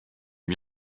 m’y